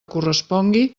correspongui